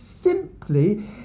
simply